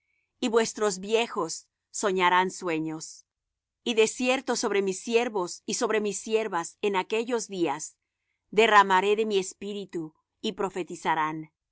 y vuestros viejos soñarán sueños y de cierto sobre mis siervos y sobre mis siervas en aquellos días derramaré de mi espíritu y profetizarán